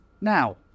now